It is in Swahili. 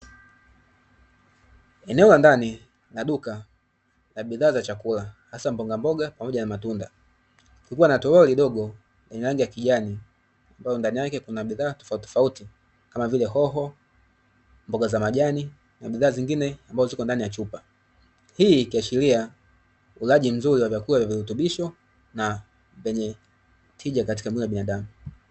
Eneo la ndani la duka la bidhaa za chakula hasa mbogamboga pamoja na matunda, kukiwa na toroli dogo lenye rangi ya kijani ambalo ndani yake kuna bidhaa tofauti tofauti kama vile hoho, mboga za majani na bidhaa zingine ambazo zipo ndani ya chumba. Hii ikiashiria ulaji mzuri wa vyakula vyenye virutubisho na vyenye tija katika mwili wa binadamu.